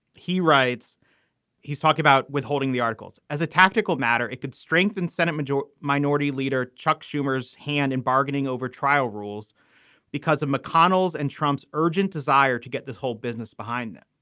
he writes he's talking about withholding the articles as a tactical matter. it could strengthen senate majority minority leader chuck schumer's hand in bargaining over trial rules because of mcconnell's and trump's urgent desire to get this whole business behind them.